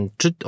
czy